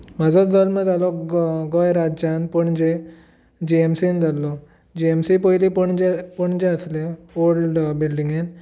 म्हजो जल्म जालो गो गोंय राज्यान पणजे जीएमसीन जाल्लों जीएमसी पयलीं पणजे पणजे आसलें ऑल्ड बिल्डींगेन